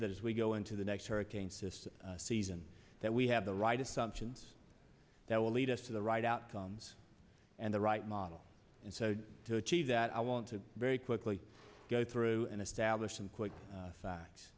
that as we go into the next hurricane system season that we have the right assumptions that will lead us to the right outcomes and the right model and so to achieve that i want to very quickly go through and establish some quick facts